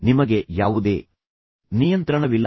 ನಿಮಗೆ ಯಾವುದೇ ನಿಯಂತ್ರಣವಿಲ್ಲ